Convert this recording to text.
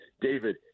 David